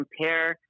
compare